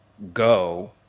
go